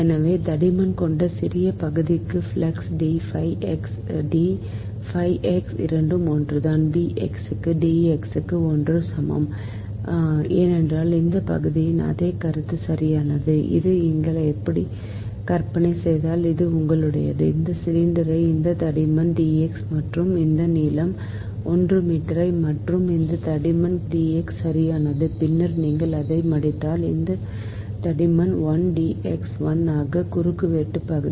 எனவே தடிமன் கொண்ட சிறிய பகுதிக்கு flux D phi x x D phi x இரண்டும் ஒன்றுதான் B x க்கு D x க்கு 1 க்கு சமம் ஏனென்றால் இந்த பகுதியின் அதே கருத்து சரியானது நீங்கள் இப்படி கற்பனை செய்தால் இது உங்களுடையது இந்த சிலிண்டர் இந்த தடிமன் D x மற்றும் இந்த நீளம் 1 மீட்டர் மற்றும் இந்த தடிமன் D x சரியானது பின்னர் நீங்கள் அதை மடித்தால் இந்த தடிமன் 1 D x 1 ஆக குறுக்கு வெட்டு பகுதி